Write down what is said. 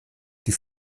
die